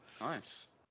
nice